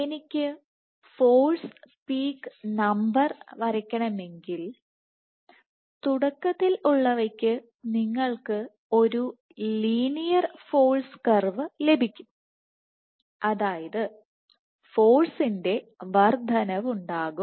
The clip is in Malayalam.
എനിക്ക് ഫോഴ്സ് പീക്ക് നമ്പർ വരയ്ക്കണമെങ്കിൽ തുടക്കത്തിൽ ഉള്ളവയ്ക്ക് നിങ്ങൾക്ക് ഒരു ലീനിയർ ഫോഴ്സ് കർവ് ലഭിക്കും അതായത് ഫോഴ്സിന്റെ വർദ്ധനവുണ്ടാകും